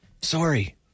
Sorry